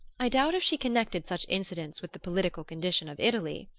i doubt if she connected such incidents with the political condition of italy.